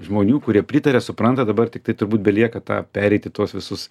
žmonių kurie pritaria supranta dabar tiktai turbūt belieka tą pereiti tuos visus